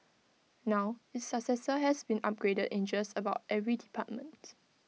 now its successor has been upgraded in just about every department